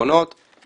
לצורך העניין,